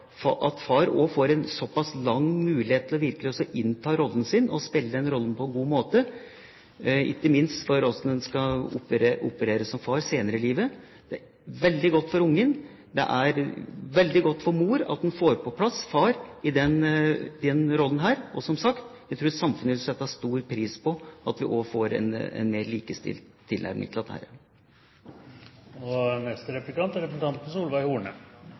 godt for far at far også får en såpass lang mulighet til virkelig å innta rollen sin og spille den rollen på en god måte, ikke minst med tanke på hvordan en skal operere som far senere i livet. Det er veldig godt for ungen. Det er veldig godt for mor at en får på plass far i denne rollen. Og, som sagt, jeg tror samfunnet vil sette stor pris på at vi også får en mer likestilt tilnærming til dette. SV er veldig opptatt av likelønnspolitikken og del av likelønnspotten, som også representanten